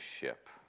ship